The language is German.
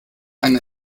eine